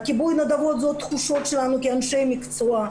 קיבוץ נדבות זו התחושה שלנו כאנשי מקצוע.